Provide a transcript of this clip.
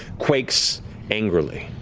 quakes angrily.